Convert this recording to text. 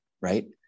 right